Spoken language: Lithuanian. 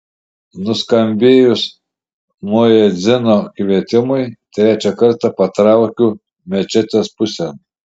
nuskambėjus muedzino kvietimui trečią kartą patraukiu mečetės pusėn